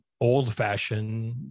Old-fashioned